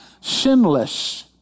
sinless